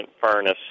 furnace